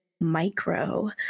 Micro